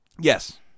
Yes